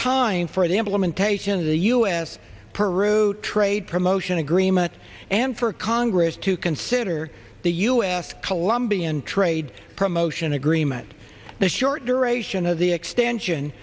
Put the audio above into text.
time for the implementation of the u s perro trade promotion agreement and for congress to consider the u s colombian trade promotion agreement the short duration of the expansion